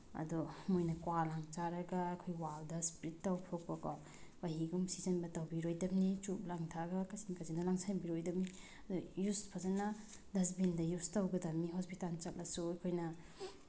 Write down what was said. ꯑꯗꯨ ꯃꯣꯏꯅ ꯀ꯭ꯋꯥ ꯂꯥꯡ ꯆꯥꯔꯒ ꯑꯩꯈꯣꯏ ꯋꯥꯜꯗ ꯏꯁꯄꯤꯠ ꯇꯧꯊꯣꯛꯄꯀꯣ ꯃꯍꯤꯒꯨꯝ ꯁꯤꯠꯆꯤꯟꯕ ꯇꯧꯕꯤꯔꯣꯏꯗꯕꯅꯤ ꯆꯨꯔꯨꯞ ꯂꯥꯡ ꯊꯛꯑꯒ ꯀꯥꯆꯤꯟ ꯀꯥꯆꯤꯟꯗ ꯂꯪꯁꯤꯟꯕꯤꯔꯣꯏꯗꯕꯅꯤ ꯌꯨꯁ ꯐꯖꯅ ꯗꯁꯕꯤꯟꯗ ꯌꯨꯁ ꯇꯧꯒꯗꯝꯅꯤ ꯍꯣꯁꯄꯤꯇꯥꯜ ꯆꯠꯂꯁꯨ ꯑꯩꯈꯣꯏꯅ